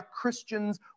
Christians